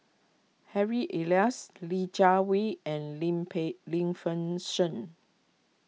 Harry Elias Li Jiawei and Lim Pei Lim Fei Shen